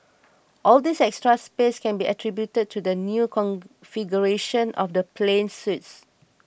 all this extra space can be attributed to the new configuration of the plane's suites